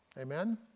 Amen